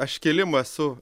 aš kilimo esu